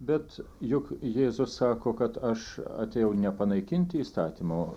bet juk jėzus sako kad aš atėjau ne panaikinti įstatymo